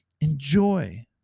enjoy